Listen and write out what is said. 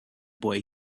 boy